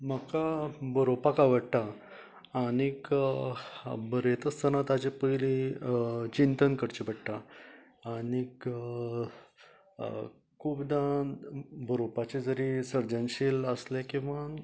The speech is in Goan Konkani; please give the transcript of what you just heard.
म्हाका बरोवपाक आवडटा आनीक बरयता आसतना ताजे पयली चिंतन करचे पडटा आनीक खुबदां बरोवपाचे जरी सर्जनशील आसले किंवा